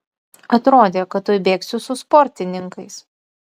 atrodė kad tuoj bėgsiu su sportininkais